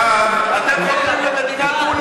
אתם חותרים למדינה דו-לאומית,